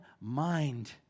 mind